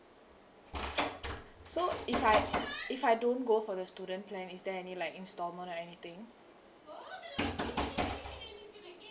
so if I if I don't go for the student plan is there any like instalment or anything